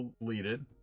deleted